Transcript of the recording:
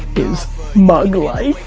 is mug life.